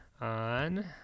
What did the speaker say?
on